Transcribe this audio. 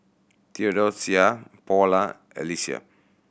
Theodocia Paula Alysia